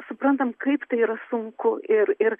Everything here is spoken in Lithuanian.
suprantam kaip tai yra sunku ir ir